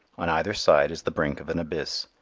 on either side is the brink of an abyss.